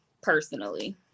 personally